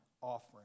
offering